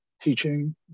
teaching